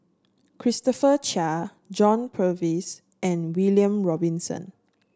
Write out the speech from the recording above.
Christopher Chia John Purvis and William Robinson